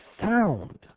sound